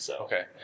Okay